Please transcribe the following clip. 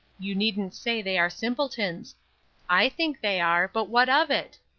you needn't say they are simpletons i think they are, but what of it?